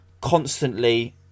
constantly